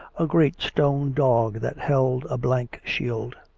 a great stone dog that held a blank shield.